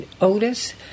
Otis